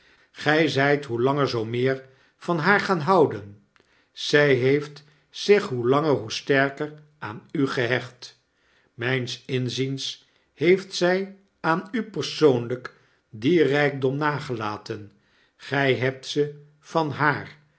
gij zgt hoe langer zoo meer van haar gaan houden zij heeft zich hoe langer zoo sterker aan u gehecht mijns inziens heeft zg aan u persoonlp dien rpdom nagelaten gg hebt ze van haar